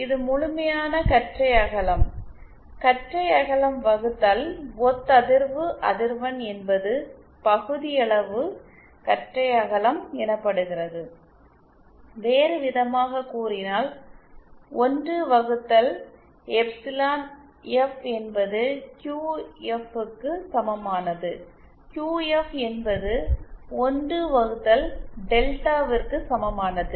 இது முழுமையான கற்றை அகலம் கற்றை அகலம் வகுத்தல் ஒத்ததிர்வு அதிர்வெண் என்பது பகுதியளவு கற்றை அகலம் எனப்படுகிறது வேறுவிதமாகக் கூறினால் 1 வகுத்தல் எப்சிலன் எஃப் என்பது க்யூஎஃப்க்கு சமமானது க்யூஎஃப் என்பது 1 வகுத்தல் டெல்டாவிற்கு சமமானது